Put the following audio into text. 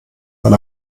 weil